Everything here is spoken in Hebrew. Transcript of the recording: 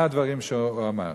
מה הדברים שהוא אמר?